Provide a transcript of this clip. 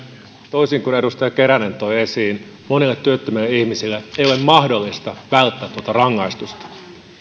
toisin kuin edustaja keränen toi esiin monille työttömille ihmisille ei ole mahdollista välttää tuota rangaistusta